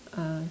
uh